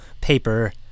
paper